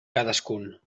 cadascun